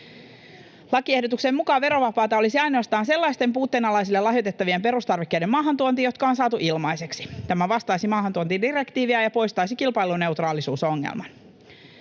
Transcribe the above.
Lakiehdotuksen mukaan verovapaata olisi ainoastaan sellaisten puutteenalaisille lahjoitettavien perustarvikkeiden maahantuonti, jotka on saatu ilmaiseksi. Tämä vastaisi maahantuontidirektiiviä ja poistaisi kilpailuneutraalisuusongelman.